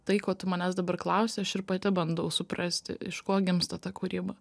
tai ko tu manęs dabar klausi aš ir pati bandau suprasti iš ko gimsta ta kūryba